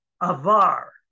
avar